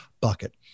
bucket